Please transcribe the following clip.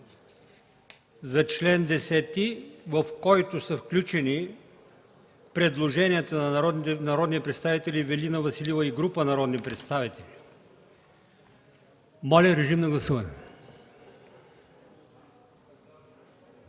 за чл. 10, в който са включени предложението на народния представител Ивелина Василева и група народни представители. Гласували